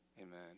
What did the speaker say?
amen